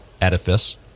edifice